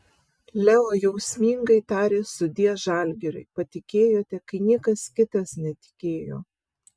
leo jausmingai tarė sudie žalgiriui patikėjote kai niekas kitas netikėjo